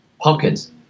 pumpkins